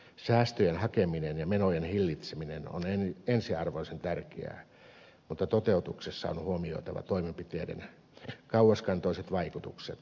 säästöjen hakeminen ja menojen hillitseminen on ensiarvoisen tärkeää mutta toteutuksessa on huomioitava toimenpiteiden kauaskantoiset vaikutukset